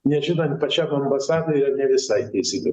nežinant pačiam ambasadoriui yra ne visai teisinga